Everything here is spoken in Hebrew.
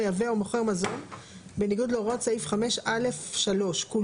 מזון שאינו יצרן נאות כמשמעותו בסעיף 23(ב)